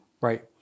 Right